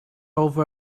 over